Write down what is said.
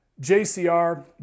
JCR